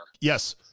Yes